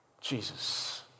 Jesus